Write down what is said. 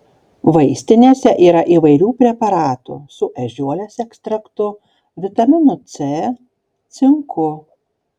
vaistinėse yra įvairių preparatų su ežiuolės ekstraktu vitaminu c cinku